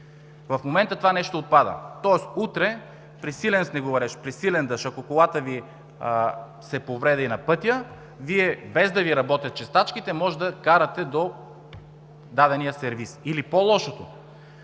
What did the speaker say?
В момента това нещо отпада, тоест при силен снеговалеж, при силен дъжд, ако колата Ви се повреди на пътя, без да Ви работят чистачките, може да карате до дадения сервиз, или по-лошото